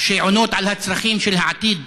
שעונות על הצרכים של העתיד,